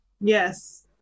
Yes